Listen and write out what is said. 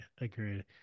Agreed